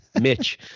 Mitch